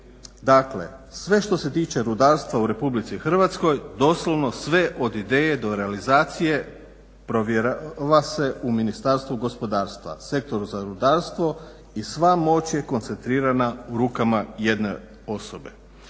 Dakle, sve što se tiče rudarstva u RH doslovno sve od ideje do realizacije provjerava se u Ministarstvu gospodarstva, Sektoru za rudarstvo. I sva moć je koncentrirana u rukama jedne osobe.